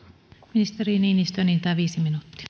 ministeri niinistö enintään viisi minuuttia